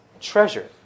treasure